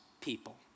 people